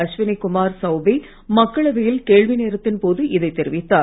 அஸ்வினி குமார் சௌபே மக்களவையில் கேள்வி நேரத்தின் போது இதை தெரிவித்தார்